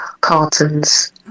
cartons